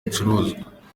bicuruzwa